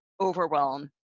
Overwhelm